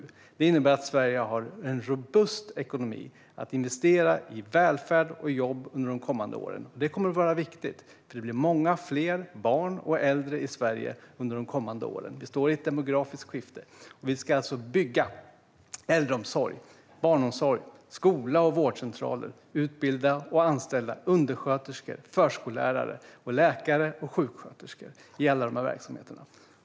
Detta innebär att Sverige har en robust ekonomi och kan investera i välfärd och jobb under de kommande åren. Detta kommer att vara viktigt, för det blir många fler barn och äldre i Sverige under åren framöver. Vi står inför ett demografiskt skifte. Vi ska bygga äldreomsorg, barnomsorg, skolor och vårdcentraler och utbilda och anställa undersköterskor, förskollärare, läkare och sjuksköterskor i dessa verksamheter.